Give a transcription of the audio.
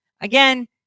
Again